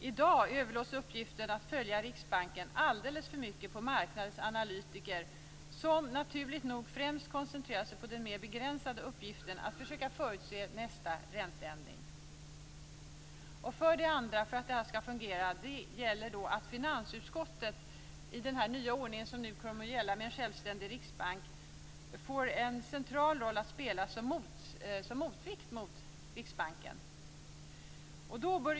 I dag överlåts uppgiften att följa Riksbanken alldeles för mycket på marknadens analytiker, som naturligt nog främst koncentrerar sig på den mer begränsade uppgiften att försöka förutse nästa ränteändring. För det andra och för att detta skall fungera: Finansutskottet får med den nya ordningen med en självständig riksbank en central roll att spela som motvikt mot Riksbanken.